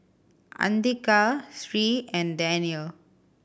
Andika Sri and Danial